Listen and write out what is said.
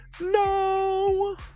No